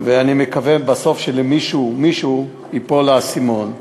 ואני מקווה, בסוף, שלמישהו, מישהו, ייפול האסימון.